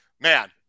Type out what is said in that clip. man